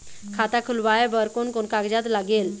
खाता खुलवाय बर कोन कोन कागजात लागेल?